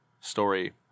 story